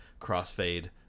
crossfade